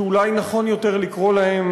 שאולי נכון יותר לקרוא להם,